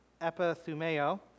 epithumeo